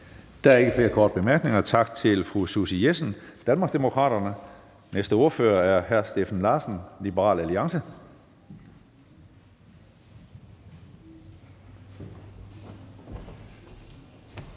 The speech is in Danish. Der er ikke flere korte bemærkninger. Tak til fru Susie Jessen, Danmarksdemokraterne. Den næste ordfører er hr. Steffen Larsen, Liberal Alliance.